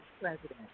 president